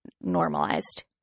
normalized